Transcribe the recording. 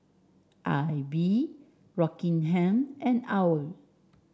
AIBI Rockingham and OWL